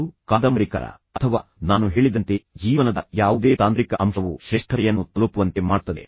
ಅತ್ಯುತ್ತಮ ಕಾದಂಬರಿಕಾರ ಅಥವಾ ನಾನು ಹೇಳಿದಂತೆ ನಿಮ್ಮ ಜೀವನದ ಯಾವುದೇ ತಾಂತ್ರಿಕ ಅಂಶವು ನಿಮ್ಮನ್ನು ಶ್ರೇಷ್ಠತೆಯನ್ನು ತಲುಪುವಂತೆ ಮಾಡುತ್ತದೆ